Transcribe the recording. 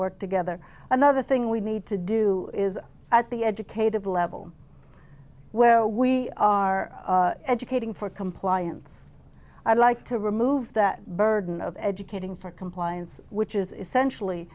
work together another thing we need to do is at the educated level well we are educating for compliance i'd like to remove that burden of educating for compliance which is essentially